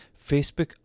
Facebook